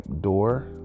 door